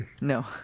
No